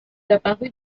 apparu